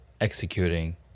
executing